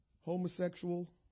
homosexual